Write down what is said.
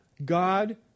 God